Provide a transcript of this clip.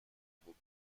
بود